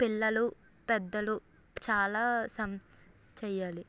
పిల్లలు పెద్దలు చాలా సం చేయాలి